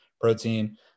protein